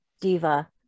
Diva